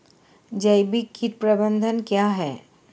जैविक कीट प्रबंधन क्या है?